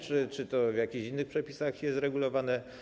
Czy to w jakichś innych przepisach jest uregulowane?